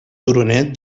turonet